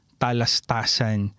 talastasan